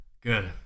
Good